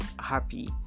happy